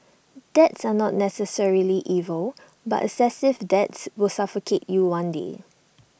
debts are not necessarily evil but excessive debts will suffocate you one day